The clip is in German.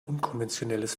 unkonventionelles